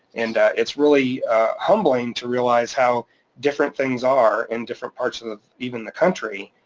and it's really humbling to realize how different things are in different parts of, even the country,